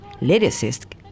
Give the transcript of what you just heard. lyricist